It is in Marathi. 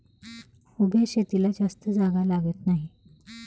उभ्या शेतीला जास्त जागा लागत नाही